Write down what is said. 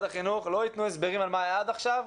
החינוך לא יתנו הסברים על מה היה עד עכשיו,